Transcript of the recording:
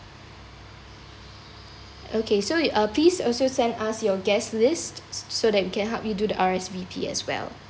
okay so you uh please also send us your guest list so that can help you do the R_S_V_P as well